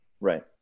Right